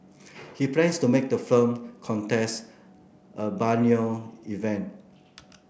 he plans to make the film contest a biennial event